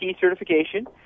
certification